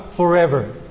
forever